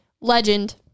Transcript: Legend